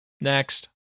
Next